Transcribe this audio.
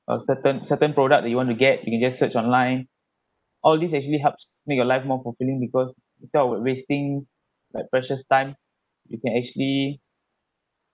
a certain certain product that you want to get you can just search online all these actually helps make your life more fulfilling because instead of like wasting like precious time we can actually